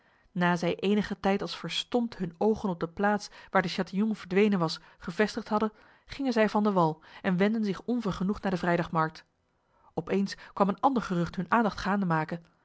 na zij enige tijd als verstomd hun ogen op de plaats waar de chatillon verdwenen was gevestigd hadden gingen zij van de wal en wendden zich onvergenoegd naar de vrijdagmarkt opeens kwam een ander gerucht hun aandacht gaande maken